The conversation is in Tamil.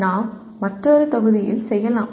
நாம் மற்றொரு தொகுதியில் செய்யலாம்